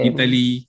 Italy